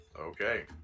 Okay